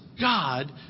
God